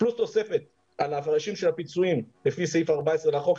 פלוס תוספת על ההפרשים של הפיצויים לפי סעיף 14 לחוק,